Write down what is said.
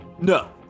No